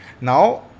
Now